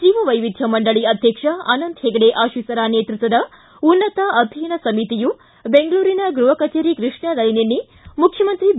ಜೀವವೈವಿಧ್ಯ ಮಂಡಳಿ ಅಧ್ಯಕ್ಷ ಅನಂತ ಹೆಗಡೆ ಆಶಿಸರ್ ನೇತೃತ್ವದ ಉನ್ನತ ಅಧ್ಯಯನ ಸಮಿತಿಯು ಬೆಂಗಳೂರಿನ ಗೃಹ ಕಚೇರಿ ಕೃಷ್ಣಾದಲ್ಲಿ ನಿನ್ನೆ ಮುಖ್ಯಮಂತ್ರಿ ಬಿ